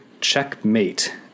checkmate